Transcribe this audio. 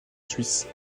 suisse